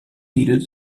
needed